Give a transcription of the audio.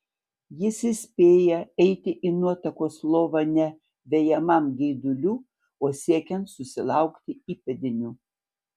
jis įspėja eiti į nuotakos lovą ne vejamam geidulių o siekiant susilaukti įpėdinių